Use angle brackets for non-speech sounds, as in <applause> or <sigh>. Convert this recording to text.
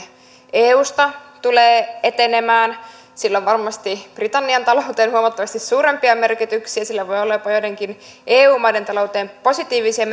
eusta tulee etenemään sillä on varmasti britannian talouteen huomattavasti suurempia merkityksiä sillä voi olla joidenkin eu maiden talouteen jopa positiivisia <unintelligible>